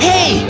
Hey